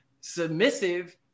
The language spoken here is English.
submissive